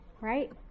right